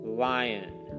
lion